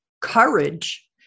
courage